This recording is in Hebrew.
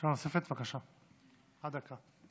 שאלה נוספת, בבקשה, עד דקה.